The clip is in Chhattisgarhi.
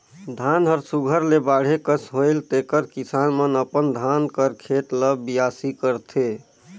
धान हर सुग्घर ले बाढ़े कस होएल तेकर किसान मन अपन धान कर खेत ल बियासी करथे